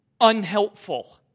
unhelpful